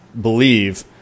believe